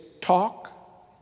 talk